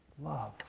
Love